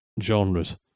genres